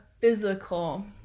physical